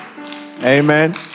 Amen